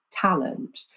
talent